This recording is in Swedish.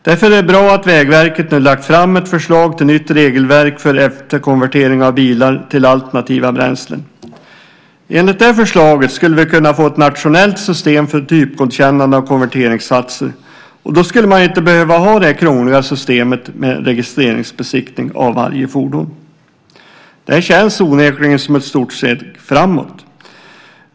Därför är det bra att Vägverket nu lagt fram ett förslag till nytt regelverk för efterkonvertering av bilar till alternativa bränslen. Enligt det förslaget skulle vi kunna få ett nationellt system för typgodkännande av konverteringssatser, och då skulle man inte behöva ha det krångliga systemet med registreringsbesiktning av varje fordon. Det känns onekligen som ett stort steg framåt.